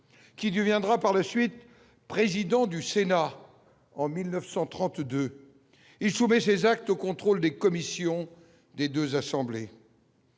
qui deviendra par la suite, président du Sénat en 1932 il soumet ses actes au contrôle des commissions des 2 assemblées,